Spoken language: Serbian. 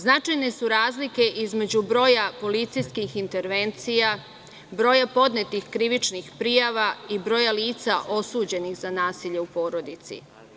Značajne su razlike između broja policijskih intervencija, broja podnetih krivičnih prijava i broja lica osuđenih za nasilje u porodici.